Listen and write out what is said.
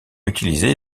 utilisé